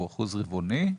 רבעוני?